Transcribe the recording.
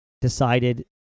decided